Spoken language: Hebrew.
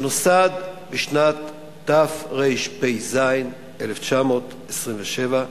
שנוסד בשנת תרפ"ז, 1927,